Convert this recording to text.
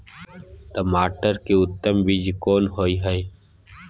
टमाटर के उत्तम बीज कोन होय है?